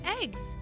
eggs